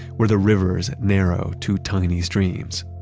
where the rivers narrow to tiny streams.